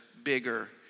bigger